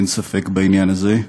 אין ספק בעניין הזה.